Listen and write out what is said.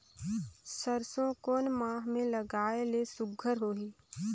सरसो कोन माह मे लगाय ले सुघ्घर होही?